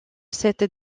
cette